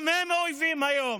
גם הם אויבים היום.